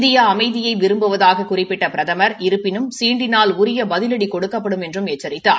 India அமைதியை விரும்புவதாகக் குறிப்பிட்ட பிரதமா் இருப்பினும் சீண்டினால் உரிய பதிவடி கொடுக்கப்படும் என்றும் எச்சரித்தார்